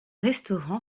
restaurant